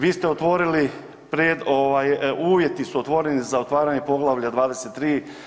Vi ste otvorili ovaj uvjeti su otvoreni za otvaranje Poglavlja 23.